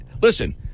listen